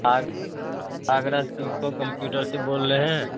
آگ Agra Simco computers سے بول رہے ہیں